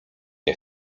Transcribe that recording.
nie